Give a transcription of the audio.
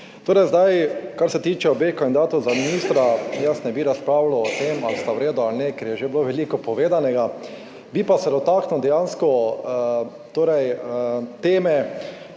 Torej, zdaj kar se tiče obeh kandidatov za ministra, jaz ne bi razpravljal o tem ali sta v redu ali ne, ker je že bilo veliko povedanega, bi pa se dotaknil dejansko, torej teme,